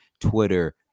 twitter